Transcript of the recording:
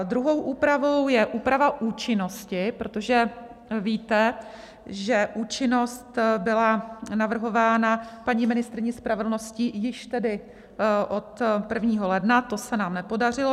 Druhou úpravou je úprava účinnosti, protože víte, že účinnost byla navrhována paní ministryní spravedlnosti již od 1. ledna, to se nám nepodařilo.